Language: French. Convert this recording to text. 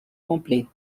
complet